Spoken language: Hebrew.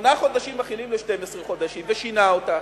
שמונה חודשים מכינים ל-12 חודשים, ושינה אותה.